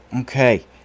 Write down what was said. Okay